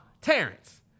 Terrence